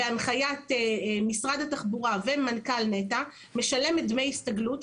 בהנחיית משרד התחבורה ומנכ"ל נת"ע משלמת דמי הסתגלות,